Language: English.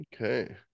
Okay